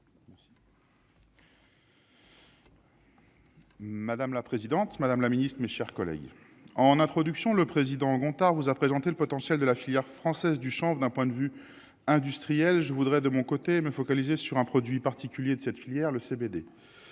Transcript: Madame la présidente, Madame la Ministre, mes chers collègues, en introduction, le président Gontard vous a présenté le potentiel de la filière française du change d'un point de vue industriel je voudrais de mon côté, me focaliser sur un produit particulier de cette filière, le CBD